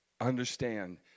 Understand